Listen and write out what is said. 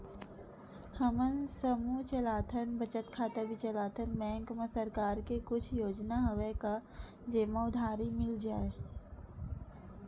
हमन समूह चलाथन बचत खाता भी चलाथन बैंक मा सरकार के कुछ योजना हवय का जेमा उधारी मिल जाय?